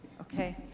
okay